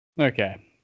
Okay